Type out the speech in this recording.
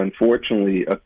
unfortunately